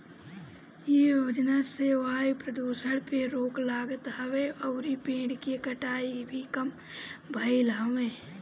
इ योजना से वायु प्रदुषण पे रोक लागत हवे अउरी पेड़ के कटाई भी कम भइल हवे